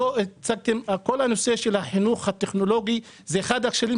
כל הנושא של החינוך הטכנולוגי זה אחד הכשלים